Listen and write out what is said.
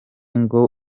ngo